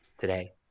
today